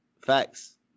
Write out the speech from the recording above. Facts